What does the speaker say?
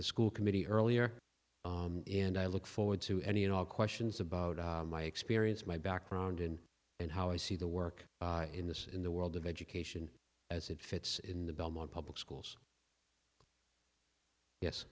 the school committee earlier and i look forward to any and all questions about my experience my background in and how i see the work in this in the world of education as it fits in the belmont public schools yes